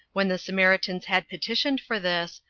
when the samaritans had petitioned for this,